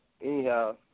Anyhow